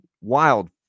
wild